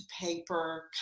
paper